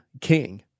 king